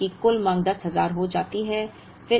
इसलिए कि कुल मांग 10000 हो जाती है